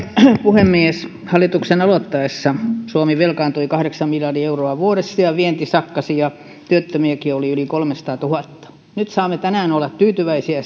puhemies hallituksen aloittaessa suomi velkaantui kahdeksan miljardia euroa vuodessa ja vienti sakkasi ja työttömiäkin oli yli kolmesataatuhatta nyt saamme tänään olla tyytyväisiä